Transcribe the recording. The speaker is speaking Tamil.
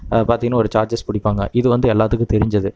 பார்த்திங்கனா ஒரு சார்ஜஸ் பிடிப்பாங்க இது வந்து எல்லோத்துக்கும் தெரிஞ்சது